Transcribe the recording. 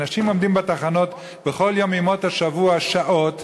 אנשים עומדים בתחנות בכל יום מימות השבוע שעות,